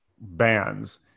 bands